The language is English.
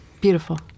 Beautiful